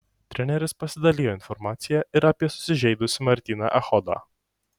treneris pasidalijo informacija ir apie susižeidusį martyną echodą